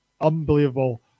Unbelievable